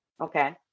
Okay